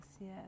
yes